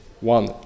One